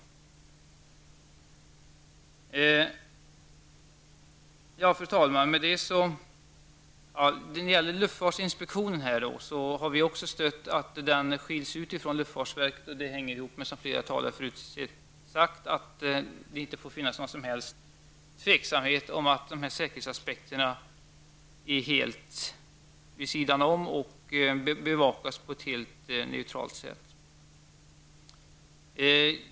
Vi stöder också förslaget att luftfartsinspektionen skall skiljas från luftfartsverket. Som flera talare tidigare har sagt, hänger det ihop med att det inte får råda något tvivel om att säkerhetsaspekterna bevakas på ett neutralt sätt.